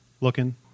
looking